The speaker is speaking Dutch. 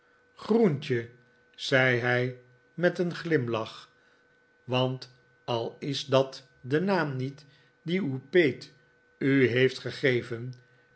groentje zei hij met een glimlach want al is dat de naam niet dien uw peet u heeft gegeven